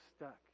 stuck